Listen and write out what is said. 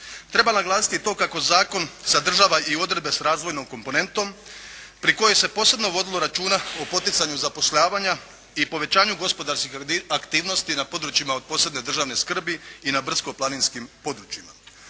Treba naglasiti i to kako zakon sadržava i odredbe s razvojnom komponentom pri kojoj se posebno vodilo računa o poticanju zapošljavanja i povećanju gospodarskih aktivnosti na područjima od posebne skrbi i na brdsko-planinskim područjima.